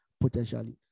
potentially